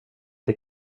det